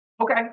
okay